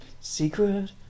Secret